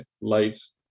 lights